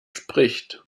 spricht